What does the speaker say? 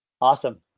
awesome